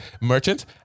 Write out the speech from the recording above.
merchant